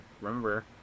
remember